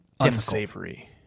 unsavory